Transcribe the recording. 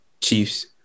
Chiefs